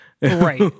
right